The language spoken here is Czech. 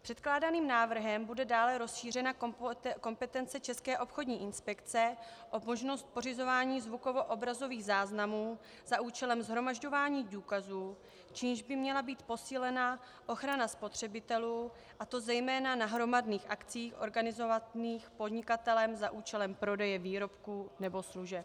Předkládaným návrhem bude dále rozšířena kompetence České obchodní inspekce o možnost pořizování zvukovoobrazových záznamů za účelem shromažďování důkazů, čímž by měla být posílena ochrana spotřebitelů, a to zejména na hromadných akcích organizovaných podnikatelem za účelem prodeje výrobků nebo služeb.